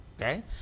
Okay